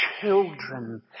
children